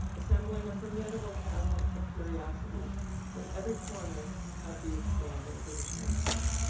assembling a formidable cabinet of curiosities from every corner of the expanding british empire.